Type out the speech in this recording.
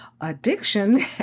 Addiction